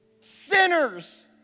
sinners